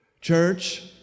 Church